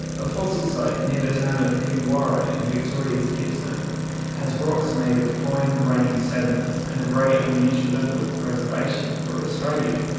a fossil site near the town of koonwarra in victoria's gippsland has rocks made of fine-grained sediments, and a very unusual level of preservation for australia.